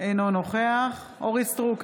אינו נוכח אורית מלכה סטרוק,